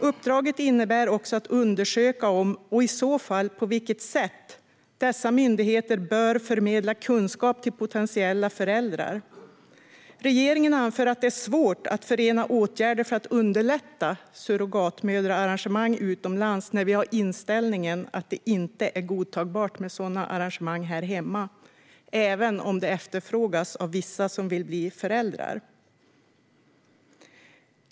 Uppdraget innebär också att undersöka om, och i så fall på vilket sätt, dessa myndigheter bör förmedla kunskap till potentiella föräldrar. Regeringen anför att det är svårt att förena åtgärder för att underlätta surrogatarrangemang utomlands när inställningen är att det inte är godtagbart med sådana arrangemang hemma, även om det efterfrågas av vissa som vill bli föräldrar.